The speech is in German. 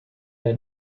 der